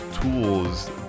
tools